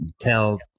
tell